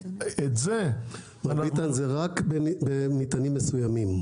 זה רק במטענים מסוימים.